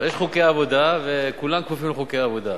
יש חוקי עבודה וכולם כפופים לחוקי עבודה.